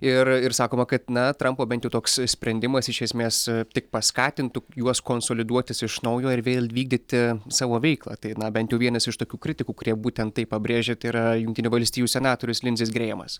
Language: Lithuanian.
ir ir sakoma kad na trampo bent jau toks sprendimas iš esmės tik paskatintų juos konsoliduotis iš naujo ir vėl vykdyti savo veiklą tai na bent jau vienas iš tokių kritikų kurie būtent tai pabrėžia tai yra jungtinių valstijų senatorius linzis grėjamas